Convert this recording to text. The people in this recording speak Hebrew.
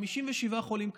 57 חולים קשים,